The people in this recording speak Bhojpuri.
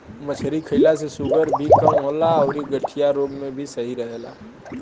मछरी खईला से शुगर भी कम होला अउरी गठिया रोग में भी सही रहेला